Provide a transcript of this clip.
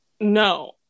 No